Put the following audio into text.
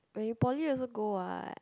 when you Poly also go what